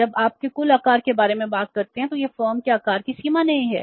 जब आप के कुल आकार के बारे में बात करते हैं तो यह फर्म के आकार की सीमा नहीं है